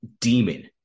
demon